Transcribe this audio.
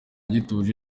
gituje